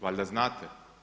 Valjda znate.